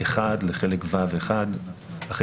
א'1 לחלק ו'1 אחרי